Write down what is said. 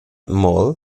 mol